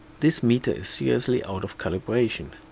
this meter is seriously out of calibration.